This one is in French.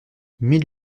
mille